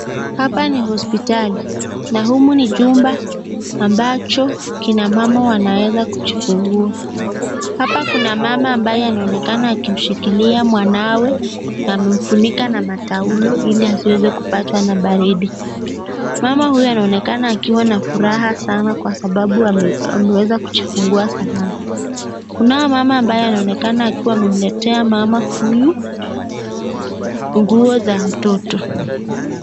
Hapa ni hospitali, na humu ni chumba ambacho kina mama wanaweza kujifungua, hapa kuna mama ambaye anaonekana akimshukilia mwanawe, amemshikila na taulo, ili asiweze kupatwa na baridi, mama huyu anaonekana akiwa na furaha sana kwa sababu ameweza kujifungua salama, kunaye mama ambaye anaonekana akiwa amemletea mama huyu nguo za mtoto.